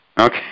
Okay